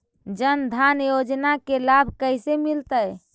जन धान योजना के लाभ कैसे मिलतै?